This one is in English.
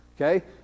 okay